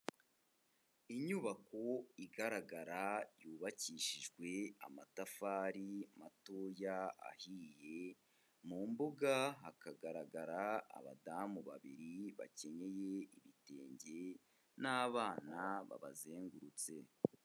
Inyubako igaragara yubakishijwe amatafari matoya ahiye, mu mbuga hakagaragara abadamu babiri bakenyeye ibitenge n'abana babazengurutse.